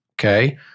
okay